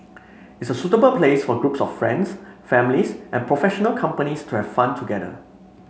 it's a suitable place for groups of friends families and professional companies to have fun together